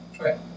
Okay